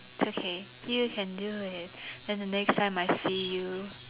it's okay you can do it then the next time I see you